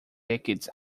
decades